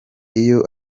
iyo